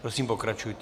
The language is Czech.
Prosím, pokračujte.